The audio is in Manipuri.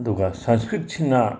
ꯑꯗꯨꯒ ꯁꯪꯁꯀ꯭ꯔꯤꯠꯁꯤꯅ